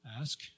ask